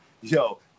Yo